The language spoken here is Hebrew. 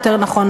יותר נכון,